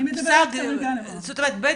אני מדברת כרגע --- זאת אומרת בית